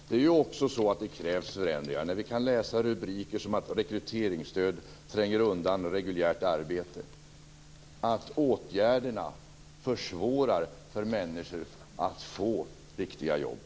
Det krävs alltså förändringar. Vi kan ju läsa rubriker om att rekryteringsstöd tränger undan reguljärt arbete. Åtgärderna försvårar för människor att få riktiga jobb.